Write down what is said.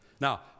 Now